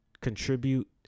contribute